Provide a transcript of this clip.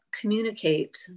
communicate